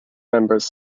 members